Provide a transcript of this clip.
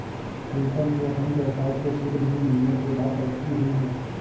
प्रीतम के अपने व्यवसाय के सीड मनी मिलने के बाद तरक्की हुई हैं